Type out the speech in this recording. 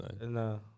No